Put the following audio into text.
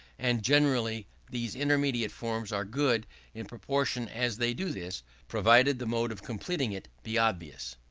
and generally these intermediate forms are good in proportion as they do this provided the mode of completing it be obvious.